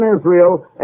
Israel